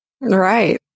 Right